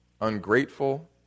ungrateful